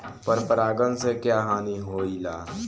पर परागण से क्या हानि होईला?